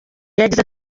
yagize